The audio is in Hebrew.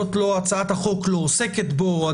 הצעת החוק לא עוסקת בו,